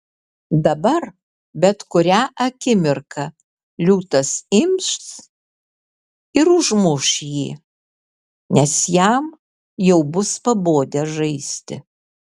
dabar bet kurią akimirką liūtas ims ir užmuš jį nes jam jau bus pabodę žaisti